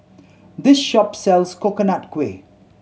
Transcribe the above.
this shop sells Coconut Kuih